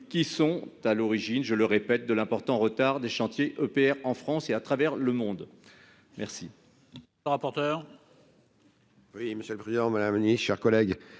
qui sont à l'origine de l'important retard des chantiers EPR en France et à travers le monde. Quel